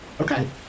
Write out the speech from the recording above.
Okay